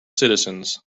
citizens